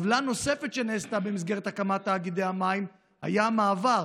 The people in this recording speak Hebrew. עוולה נוספת שנעשתה במסגרת הקמת תאגידי המים הייתה מעבר